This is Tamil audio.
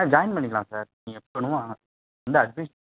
ஆ ஜாயின் பண்ணிக்கலாம் சார் நீங்கள் எப்போ வேணுமோ வாங்க வந்து அட்மிஷன்